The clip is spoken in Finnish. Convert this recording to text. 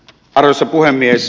arvoisa puhemies